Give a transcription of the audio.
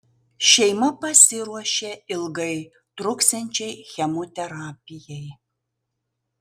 šeima pasiruošė ilgai truksiančiai chemoterapijai